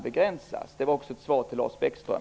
Detta var också ett svar till Lars Bäckström.